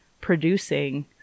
producing